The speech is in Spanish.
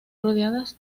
rodeadas